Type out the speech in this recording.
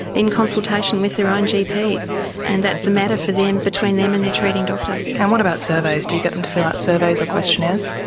in consultation with their own gps. and that's a matter for them, between them and their treating doctor. and what about surveys? do you get them to fill out surveys or questionnaires?